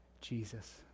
Jesus